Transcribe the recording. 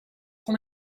van